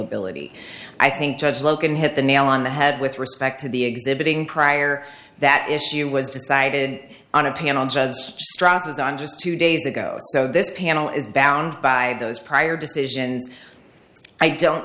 ability i think judge logan hit the nail on the head with respect to the exhibiting prior that issue was decided on a panel judge was on just two days ago so this panel is bound by those prior decision and i don't